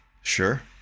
Sure